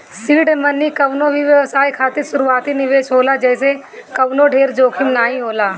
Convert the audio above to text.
seed money कवनो भी व्यवसाय खातिर शुरूआती निवेश होला जेसे कवनो ढेर जोखिम नाइ होला